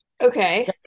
Okay